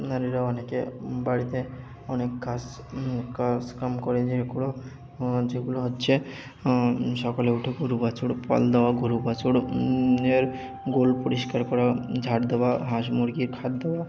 নারীরা অনেকে বাড়িতে অনেক কাজ কাজকাম করে যেগুলো হচ্ছে সকালে উঠে গোরু বাছুর পাল দেওয়া গোরু বাছুর এর গোয়াল পরিষ্কার করা ঝাঁট দেওয়া হাঁস মুরগির খাদ্য দেওয়া